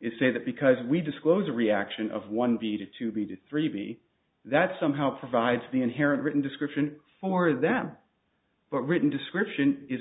is say that because we disclose a reaction of one b to b to three b that somehow provides the inherent written description for them but written description is